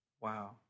Wow